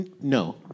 No